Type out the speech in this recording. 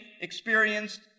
experienced